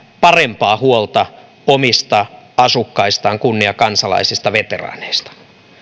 parempaa huolta omista asukkaistaan kunniakansalaisista veteraaneista